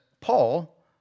Paul